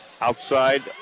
Outside